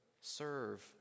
serve